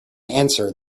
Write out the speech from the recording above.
answer